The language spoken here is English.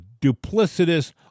duplicitous